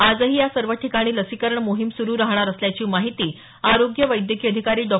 आजही यासर्व ठिकाणी लसीकरण मोहीम स्रू राहणार असल्याची माहिती आरोग्य वैद्यकीय अधिकारी डॉ